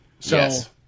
Yes